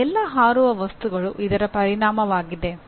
ನಮ್ಮ ಎಲ್ಲಾ ಹಾರುವ ವಸ್ತುಗಳು ಇದರ ಪರಿಣಾಮವಾಗಿದೆ